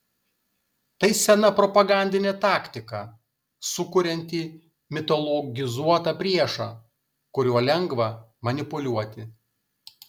tai sena propagandinė taktika sukuriantį mitologizuotą priešą kuriuo lengva manipuliuoti